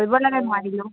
কৰিব লাগে নোৱাৰিলেও